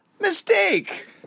mistake